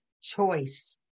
choice